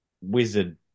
Wizard